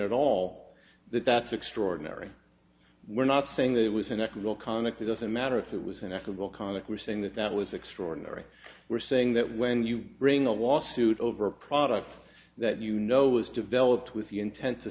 at all that that's extraordinary we're not saying that it was unethical conduct it doesn't matter if it was an ethical conduct we're saying that that was extraordinary we're saying that when you bring a lawsuit over a product that you know was developed with the intent to